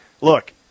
look